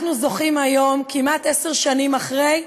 אנחנו זוכים היום, כמעט עשר שנים אחרי,